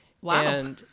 Wow